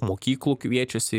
mokyklų kviečiasi